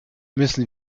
müssen